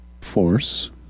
force